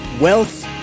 wealth